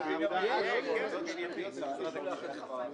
קודם כול, אנחנו לא רוצים לדחות את הבחירות.